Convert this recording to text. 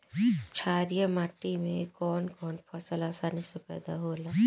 छारिया माटी मे कवन कवन फसल आसानी से पैदा होला?